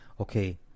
Okay